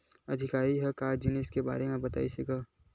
अधिकारी ह का जिनिस के बार म बतईस हे गा?